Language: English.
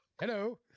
Hello